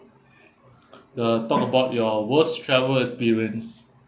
uh talk about your worst travel experience